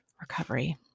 recovery